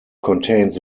contains